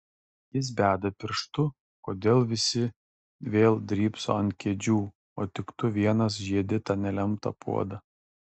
jis beda pirštu kodėl visi vėl drybso ant kėdžių o tik tu vienas žiedi tą nelemtą puodą